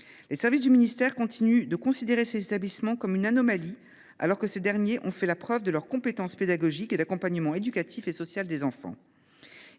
de l’éducation nationale continuent de considérer ces établissements comme une anomalie, alors que ceux ci ont fait la preuve de leurs compétences en termes pédagogiques et d’accompagnement éducatif et social des enfants.